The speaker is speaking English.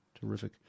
Terrific